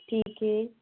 ठीक है